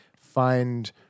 find